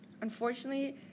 Unfortunately